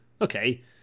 okay